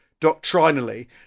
doctrinally